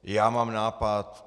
Já mám nápad.